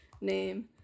name